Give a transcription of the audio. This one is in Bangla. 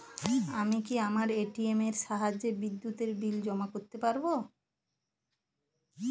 আমি কি আমার এ.টি.এম এর সাহায্যে বিদ্যুতের বিল জমা করতে পারব?